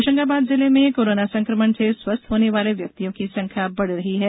होशंगाबाद जिले में कोरोना संकमण से स्वस्थ होने वाले व्यक्तियों की संख्या बढ़ रही है